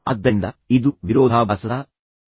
ಆದ್ದರಿಂದ ಇದು ವಿರೋಧಾಭಾಸದ ವಿಷಯವಾಗಿದೆ